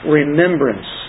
remembrance